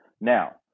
Now